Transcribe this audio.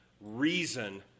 reason